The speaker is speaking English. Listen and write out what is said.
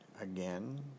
again